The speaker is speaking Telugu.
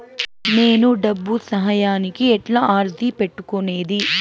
నేను డబ్బు సహాయానికి ఎట్లా అర్జీ పెట్టుకునేది?